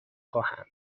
خواهم